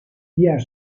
diğer